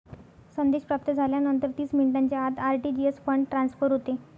संदेश प्राप्त झाल्यानंतर तीस मिनिटांच्या आत आर.टी.जी.एस फंड ट्रान्सफर होते